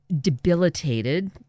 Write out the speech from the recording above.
debilitated